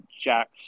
Jack